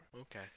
Okay